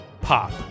pop